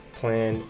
plan